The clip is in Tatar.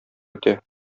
үтә